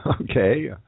Okay